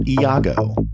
Iago